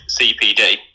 CPD